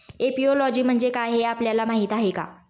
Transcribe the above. Apiology म्हणजे काय, हे आपल्याला माहीत आहे का?